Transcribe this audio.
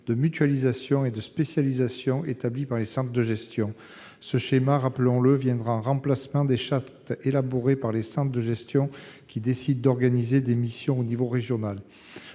de mutualisation et de spécialisation établi par les centres de gestion. Je rappelle que ce schéma remplacera les chartes élaborées par les centres qui décident d'organiser des missions au niveau régional.